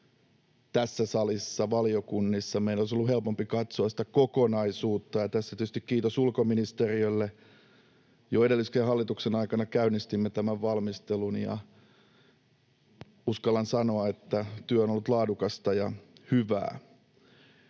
tässä salissa ja valiokunnissa. Meidän olisi ollut helpompi katsoa sitä kokonaisuutta. Tässä tietysti kiitos ulkoministeriölle: jo edellisen hallituksen aikana käynnistimme tämän valmistelun, ja uskallan sanoa, että työ on ollut laadukasta ja hyvää.